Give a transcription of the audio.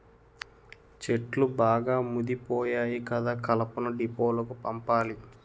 చెట్లు బాగా ముదిపోయాయి కదా కలపను డీపోలకు పంపాలి